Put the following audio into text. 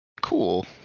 Cool